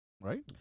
Right